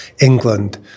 England